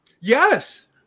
Yes